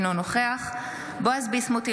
אינו נוכח בועז ביסמוט,